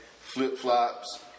flip-flops